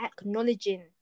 acknowledging